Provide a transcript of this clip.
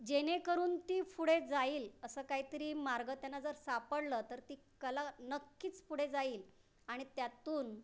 जेणेकरून ती पुढे जाईल असं काहीतरी मार्ग त्यांना जर सापडलं तर ती कला नक्कीच पुढे जाईल आणि त्यातून